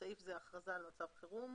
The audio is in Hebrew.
(בסעיף זה, הכרזה על מצב חירום)